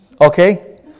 Okay